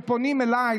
פונים אליי,